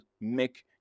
make